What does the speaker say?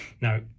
Now